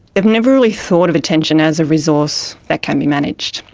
have never really thought of attention as a resource that can be managed.